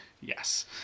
Yes